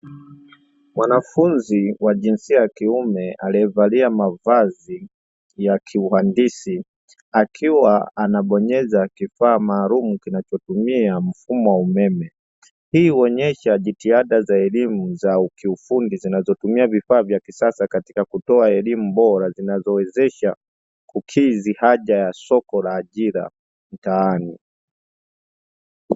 Mwanafunzi wa jinsia ya kiume aliyevalia mavazi ya kiuandisi akiwa anabonyeza kifaa maalumu kinachotumia mfumo wa umeme. Hii huonesha jitihada za elimu za elimu za kiufundi zinazotumia vifaa vya kisasa katika kutoa elimu bora zinazowezesha kukidhi haja ya soko la ajira mtaani.